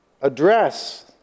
address